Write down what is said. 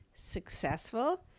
successful